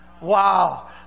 Wow